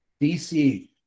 DC